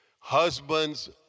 Husbands